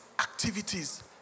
activities